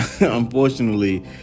Unfortunately